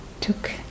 took